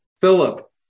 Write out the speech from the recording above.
Philip